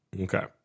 Okay